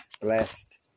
blessed